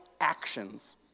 actions